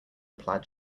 plaid